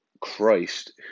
Christ